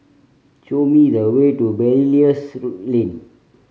show me the way to Belilios Lane